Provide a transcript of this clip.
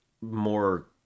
more